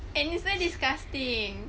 and it's very disgusting